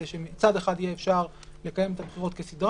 כדי שמצד אחד יהיה אפשר לקיים את הבחירות כסדרן,